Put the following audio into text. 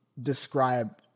describe